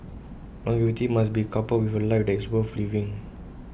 longevity must be coupled with A life that is worth living